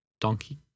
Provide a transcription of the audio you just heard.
Donkey